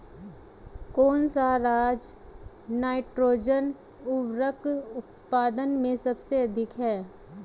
कौन सा राज नाइट्रोजन उर्वरक उत्पादन में सबसे अधिक है?